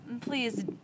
Please